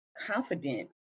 confident